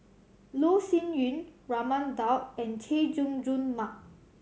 Loh Sin Yun Raman Daud and Chay Jung Jun Mark